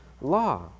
law